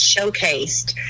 showcased